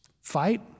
fight